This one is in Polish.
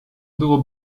było